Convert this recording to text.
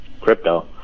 crypto